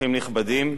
אורחים נכבדים,